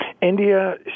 India